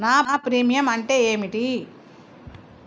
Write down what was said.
నా ప్రీమియం అంటే ఏమిటి?